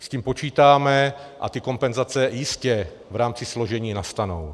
S tím počítáme a ty kompenzace jistě v rámci složení nastanou.